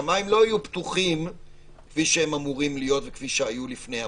השמים לא יהיו פתוחים כפי שהם אמורים להיות וכפי שהיו לפני המגפה,